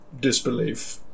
disbelief